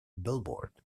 billboard